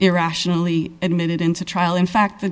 irrationally admitted into trial in fact the